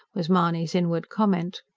was mahony's inward comment.